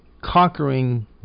conquering